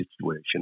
situation